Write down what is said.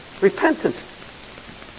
repentance